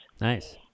Nice